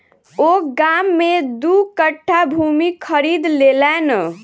ओ गाम में दू कट्ठा भूमि खरीद लेलैन